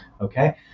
okay